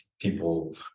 people